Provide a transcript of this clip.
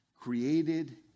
Created